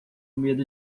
medo